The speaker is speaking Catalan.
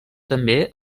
també